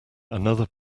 another